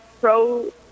Pro